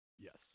Yes